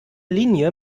linie